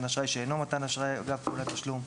אשראי שאינו מתן אשראי אגב פעולת תשלום.